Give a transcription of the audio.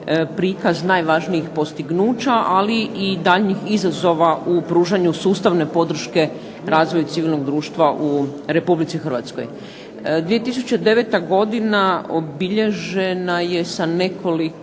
prikaz najvažnijih postignuća, ali i daljnjih izazova u pružanju sustavne podrške razvoju civilnog društva u Republici Hrvatskoj. 2009. godina obilježena je sa nekoliko